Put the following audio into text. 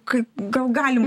kaip gal galim